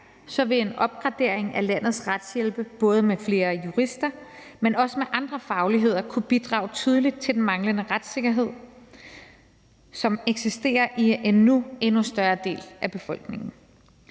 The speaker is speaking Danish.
ej, vil en opgradering af landets retshjælpe både med flere jurister, men også med andre fagligheder kunne bidrage betydeligt til at afhjælpe den manglende retssikkerhed, som eksisterer i en nu endnu større del af befolkningen.